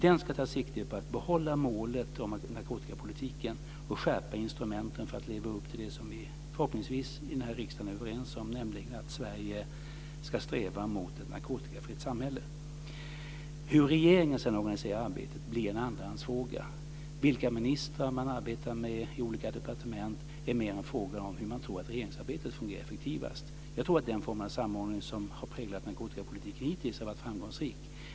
Den ska ta sikte på att behålla målet för narkotikapolitiken och skärpa instrumenten för att leva upp till det som vi förhoppningsvis är överens om i riksdagen, nämligen att Sverige ska sträva mot ett narkotikafritt samhälle. Hur regeringen sedan organiserar arbetet blir en andrahandsfråga. Vilka ministrar man arbetar med i olika departement är mer en fråga om hur man tror att regeringsarbetet fungerar effektivast. Jag tror att den form av samordning som har präglat narkotikapolitiken hittills har varit framgångsrik.